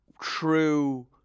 true